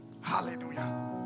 Hallelujah